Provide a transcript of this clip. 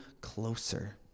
closer